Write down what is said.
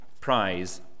prize